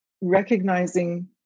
recognizing